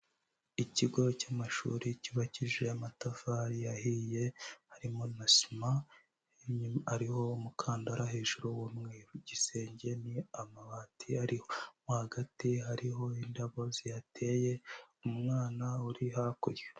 Ikigo cy'amashuri cyubakishije amatafari ahiye harimo na sima. Hariho umukandara hejuru w'umweru. Ku gisenge ni amabati ariho. Mo hagati hariho indabo zihateye. Umwana uri hakurya.